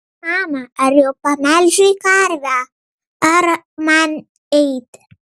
mama ar jau pamelžei karvę ar man eiti